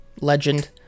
legend